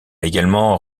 également